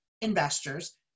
investors